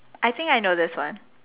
I think I know this one